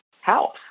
health